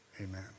Amen